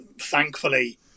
thankfully